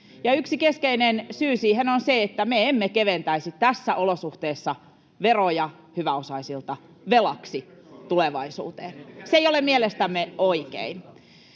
yksi keskeinen syy siihen on se, että me emme keventäisi tässä olosuhteessa veroja hyväosaisilta, velaksi tulevaisuuteen. Se ei ole mielestämme oikein.